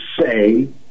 say